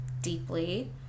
deeply